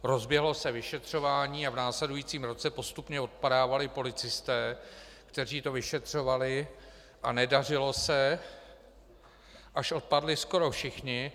Rozběhlo se vyšetřování a v následujícím roce postupně odpadávali policisté, kteří to vyšetřovali, a nedařilo se, až odpadli skoro všichni.